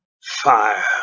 fire